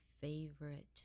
favorite